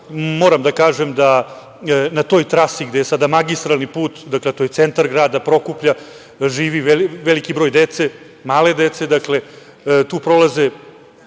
moram da kažem da na toj trasi, gde je sada magistralni put, to je centar grada Prokuplja, živi veliki broj dece, male dece. Tu prolazi